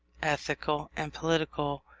ethical, and political,